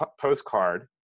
postcard